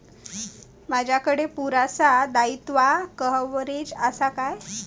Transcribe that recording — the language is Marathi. माजाकडे पुरासा दाईत्वा कव्हारेज असा काय?